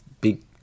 big